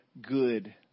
good